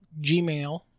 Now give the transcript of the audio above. Gmail